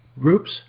Groups